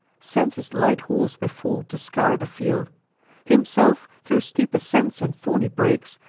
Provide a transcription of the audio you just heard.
sends his light horse before to scour the field himself, thro' steep ascents and thorny brakes,